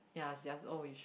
ya she just old it should